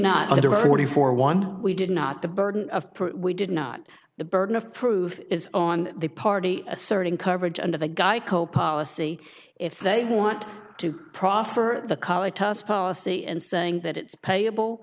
have forty four one we did not the burden of proof we did not the burden of proof is on the party asserting coverage under the guy co policy if they want to proffer the college tuss policy and saying that it's payable